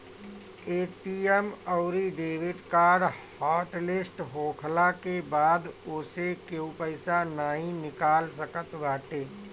ATM अउरी debit card hot list होखला के बाद ओसे केहू पईसा नाइ निकाल सकत बाटे